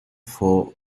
for